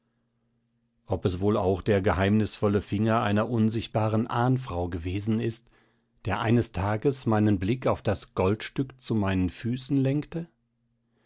ob es wohl auch der geheimnisvolle finger einer unsichtbaren ahnfrau gewesen ist der eines tages meinen blick auf das goldstück zu meinen füßen lenkte